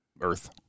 earth